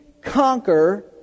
conquer